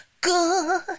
good